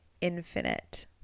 infinite